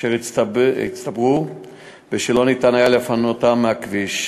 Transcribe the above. אשר הצטברו ולא ניתן היה לפנותן מהכביש,